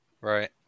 Right